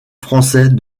français